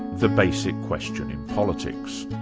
the basic question in politics?